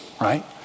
right